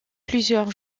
plusieurs